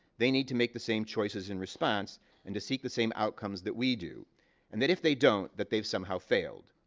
they need to make the same choices in response and to seek the same outcomes that we do and that, if they don't, that they've somehow failed.